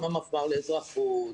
גם המפמ"ר לאזרחות,